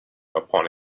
upon